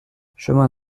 chemin